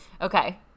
Okay